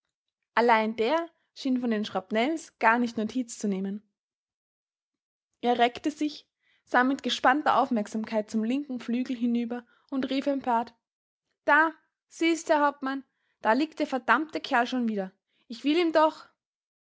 allein der schien von den schrapnells gar nicht notiz zu nehmen er reckte sich sah mit gespannter aufmerksamkeit zum linken flügel hinüber und rief empört da siehst herr hauptmann da liegt der verdammte kerl schon wieder ich will ihm doch